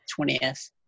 20th